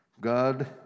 God